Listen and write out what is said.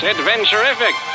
Adventurific